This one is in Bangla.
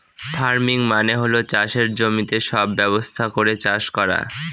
ফার্মিং মানে হল চাষের জমিতে সব ব্যবস্থা করে চাষ করা